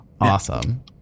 awesome